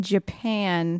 Japan